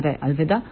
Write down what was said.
अत अलविदा